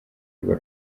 urwo